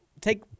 take